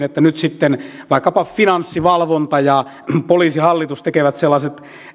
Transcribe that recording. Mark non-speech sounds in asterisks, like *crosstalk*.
*unintelligible* että nyt sitten vaikkapa finanssivalvonta ja poliisihallitus tekevät sellaiset